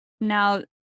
Now